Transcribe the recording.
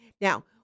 Now